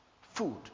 food